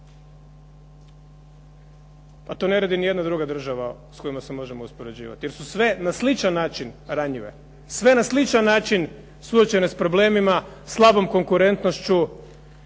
a to ne radi niti jedna država s kojima se možemo uspoređivati, jer su sve na sličan način ranjive. Sve na sličan način suočene s problemima, slabom konkurentnošću,